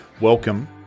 welcome